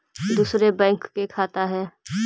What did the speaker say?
दुसरे बैंक के खाता हैं?